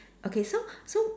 okay so so